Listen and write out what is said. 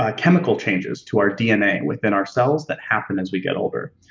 ah chemical changes to our dna within ourselves that happen as we get older.